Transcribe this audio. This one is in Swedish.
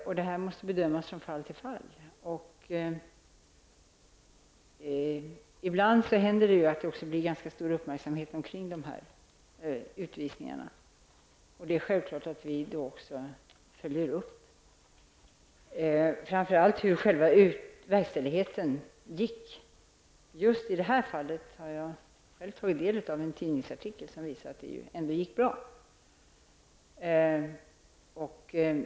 En bedömning måste göras i varje enskilt fall. Ibland får sådana här utvisningar ganska stor uppmärksamhet. Självfallet gör vi uppföljningar. Framför allt har jag i en tidningsartikel läst om hur det blev med verkställigheten i just det här fallet, och det gick trots allt bra.